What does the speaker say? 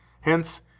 Hence